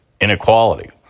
inequality